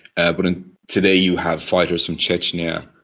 ah but and today you have fighters from chechnya,